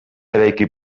eraiki